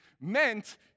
meant